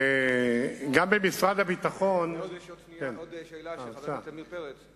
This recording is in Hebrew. יש עוד שאלה של חבר הכנסת עמיר פרץ.